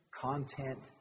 content